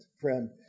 friend